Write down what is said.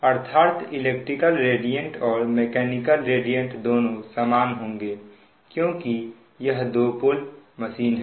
अर्थात electrical radiant और mechanical radiant दोनों समान होंगे क्योंकि यह 2 पोल मशीन है